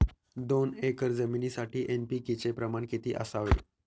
दोन एकर जमिनीसाठी एन.पी.के चे प्रमाण किती असावे?